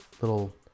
little